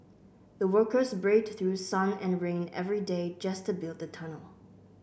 the workers braved through sun and rain every day just to build the tunnel